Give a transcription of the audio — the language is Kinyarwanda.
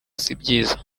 sibyiza